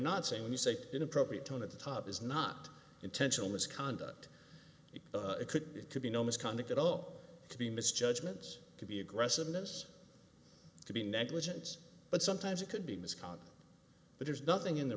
not saying when you say inappropriate tone at the top is not intentional misconduct it could be it could be no misconduct at all to be misjudgments could be aggressiveness could be negligence but sometimes it could be misconduct but there's nothing in the